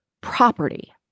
property